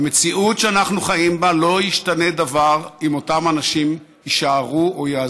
במציאות שאנחנו חיים בה לא ישתנה דבר אם אותם אנשים יישארו או יעזבו,